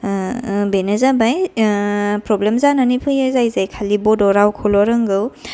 बेनो जाबाय प्रबलेम जानानै फैयो जाय जाय खालि बड' रावखौल' रोंगौ